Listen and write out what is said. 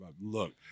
look